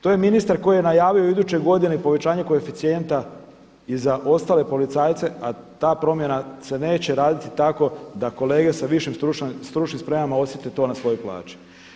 To je ministar koji je najavio u idućoj godini povećanje koeficijenta i za ostale policajce a ta promjena se neće raditi tako da kolege sa višim stručnim spremama osjete to na svojoj plaći.